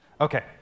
Okay